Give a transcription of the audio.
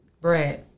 Brad